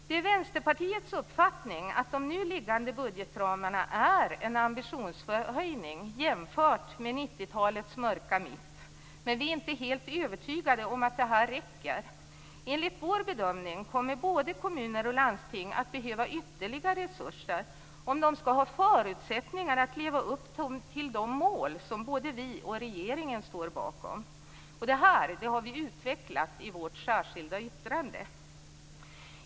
Det är Vänsterpartiets uppfattning att de nu liggande budgetramarna innebär en ambitionshöjning jämfört med 90-talets mörka mitt, men vi är inte helt övertygade om att det räcker. Enligt vår bedömning kommer både kommuner och landsting att behöva ytterligare resurser om de skall ha förutsättningar att leva upp till de mål som både vi och regeringen står bakom. Detta har vi utvecklat i vårt särskilda yttrande.